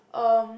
um